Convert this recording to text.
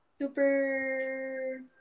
super